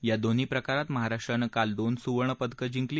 या दोन्ही प्रकारात महाराष्ट्रानं काल दोन सुवर्णपदक जिंकली